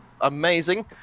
amazing